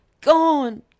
GONE